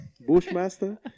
Bushmaster